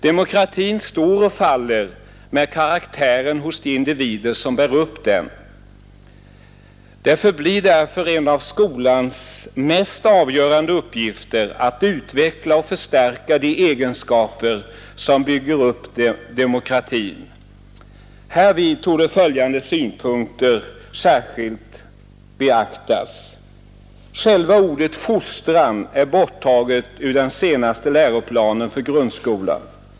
Demokratin står och faller med karaktären hos de individer som bär upp den. Det förblir därför en av skolans mest avgörande uppgifter att utveckla och förstärka de egenskaper som bygger upp demokratin. Härvid torde följande synpunkter särskilt beaktas. Själva ordet fostran är borttaget ur den senaste läroplanen för grundskolan.